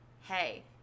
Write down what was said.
hey –